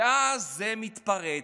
ואז זה מתפרץ.